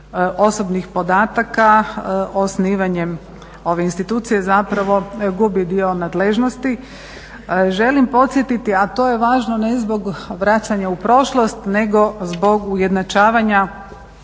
osobnih podataka osnivanjem ove institucije zapravo gubi dio nadležnosti. Želim podsjetiti a to je važno ne zbog vraćanja u prošlost nego zbog ujednačavanja